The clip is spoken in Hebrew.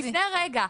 לפני רגע.